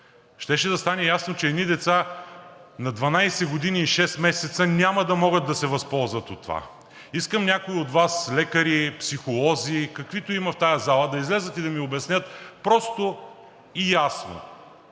щеше да стане ясно, че едни деца на 12 години и 6 месеца няма да могат да се възползват от това. Искам някой от Вас – лекари, психолози, каквито има в тази зала, да излязат и да ми обяснят просто и ясно